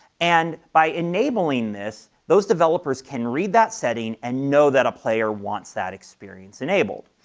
and by enabling this, those developers can read that setting and know that a player wants that experience enabled,